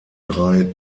drei